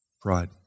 Pride